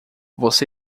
você